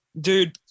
Dude